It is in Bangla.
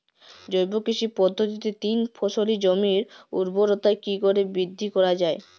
জৈব কৃষি পদ্ধতিতে তিন ফসলী জমির ঊর্বরতা কি করে বৃদ্ধি করা য়ায়?